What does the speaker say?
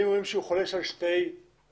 אם רואים שהוא חולש על שתי חנויות